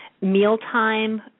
mealtime